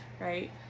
right